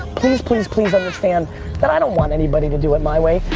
please, please, please understand that i don't want anybody to do it my way.